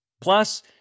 Plus